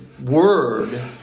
Word